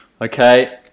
Okay